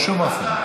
בשום אופן.